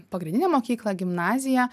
pagrindinę mokyklą gimnaziją